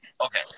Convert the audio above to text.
okay